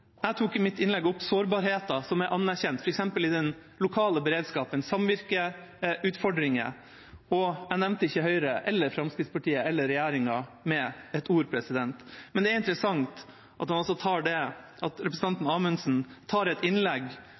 Jeg tok i mitt innlegg opp sårbarheten, som er anerkjent, f.eks. i den lokale beredskapen, samvirkeutfordringer, og jeg nevnte ikke Høyre, Fremskrittspartiet eller regjeringa med ett ord. Men det er interessant at representanten Amundsen tar et innlegg om behovet for bedre beredskap som et